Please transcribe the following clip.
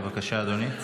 בבקשה, אדוני.